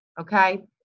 Okay